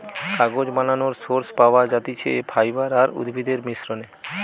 কাগজ বানানোর সোর্স পাওয়া যাতিছে ফাইবার আর উদ্ভিদের মিশ্রনে